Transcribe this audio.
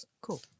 Cool